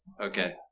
Okay